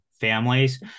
families